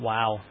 Wow